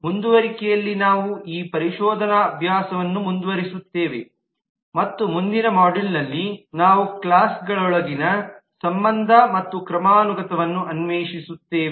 ಮುಂದುವರಿಕೆಯಲ್ಲಿ ನಾವು ಈ ಪರಿಶೋಧನಾ ಅಭ್ಯಾಸವನ್ನು ಮುಂದುವರಿಸುತ್ತೇವೆ ಮತ್ತು ಮುಂದಿನ ಮಾಡ್ಯೂಲ್ನಲ್ಲಿ ನಾವು ಕ್ಲಾಸ್ಗಳೊಳಗಿನ ಸಂಬಂಧ ಮತ್ತು ಕ್ರಮಾನುಗತವನ್ನು ಅನ್ವೇಷಿಸುತ್ತೇವೆ